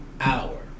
hour